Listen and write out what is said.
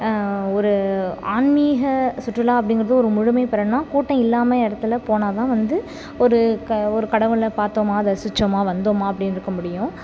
ஒரு ஆன்மீக சுற்றுலா அப்படிங்கிறது ஒரு முழுமை பெறன்னா கூட்டம் இல்லாமல் இடத்துல போனால் தான் வந்து ஒரு க ஒரு கடவுளை பார்த்தோமா ரசிச்சோமா வந்தோமா அப்படின்னு இருக்கற முடியும்